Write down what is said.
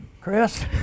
Chris